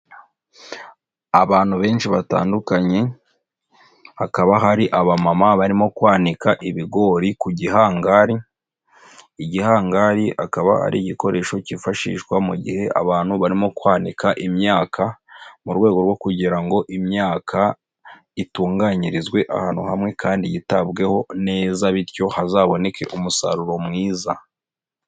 Abantu benshi batandukanye hakaba hari abamama barimo kwanika ibigori ku gihangari, igihangari akaba ari igikoresho kifashishwa mu gihe abantu barimo kwanika imyaka mu rwego rwo kugira ngo imyaka itunganyirizwe ahantu hamwe kandi yitabweho neza bityo hazaboneke umusaruro mwiza.